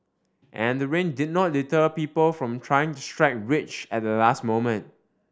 and the rain did not deter people from trying to strike rich at the last moment